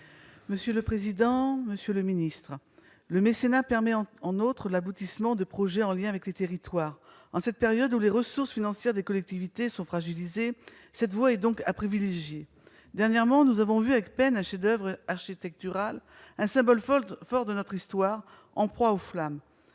Monsieur le président, messieurs les ministres, le mécénat permet entre autres l'aboutissement de projets en lien avec les territoires. En cette période où les ressources financières des collectivités sont fragilisées, cette voie est donc à privilégier. Dernièrement, nous avons vu avec peine un chef-d'oeuvre architectural, un symbole fort de notre histoire, en proie aux flammes.